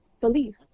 belief